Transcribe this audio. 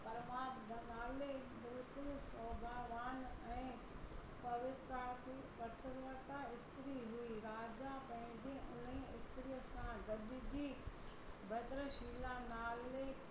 परमाद नाले बिल्कुलु सौभावान ऐं पवित्राथी पतिवर्ता स्त्री हुई राजा पंहिंजे उने स्त्रीअ सां गॾिजी बद्रशीला नाले